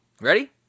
Ready